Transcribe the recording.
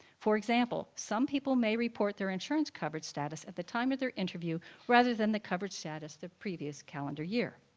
for example, some people may report their insurance coverage status at the time of their interview rather than the coverage status the previous calendar year.